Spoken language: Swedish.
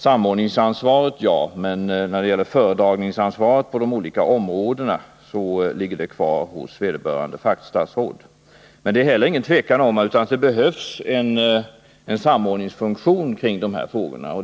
Samordningsansvaret har jag, men föredragningsansvaret på de olika områdena ligger kvar hos vederbörande fackstatsråd. Men det är heller ingen tvekan om att det behövs en samordningsfunktion kring dessa frågor.